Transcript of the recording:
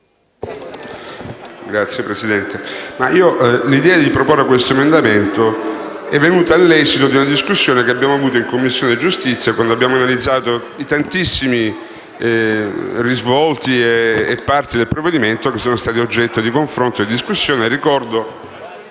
Signor Presidente, l'idea di proporre l'emendamento 13.104 è venuta all'esito di una discussione che abbiamo avuto in Commissione giustizia quando abbiamo analizzato i tantissimi risvolti del provvedimento che sono stati oggetto di confronto e di discussione.